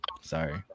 Sorry